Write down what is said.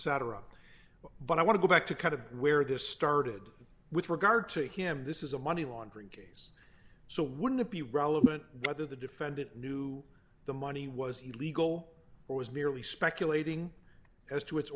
etc but i want to go back to kind of where this started with regard to him this is a money laundering case so wouldn't it be relevant whether the defendant knew the money was legal or was merely speculating as to its